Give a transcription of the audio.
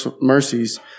mercies